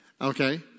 Okay